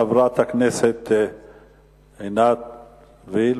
חברת הכנסת עינת וילף,